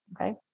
Okay